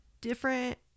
different